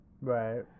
right